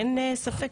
אין ספק.